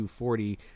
240